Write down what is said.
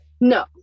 No